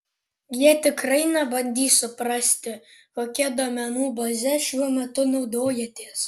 jie tikrai nebandys suprasti kokia duomenų baze šiuo metu naudojatės